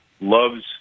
loves